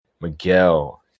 Miguel